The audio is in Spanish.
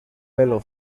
velo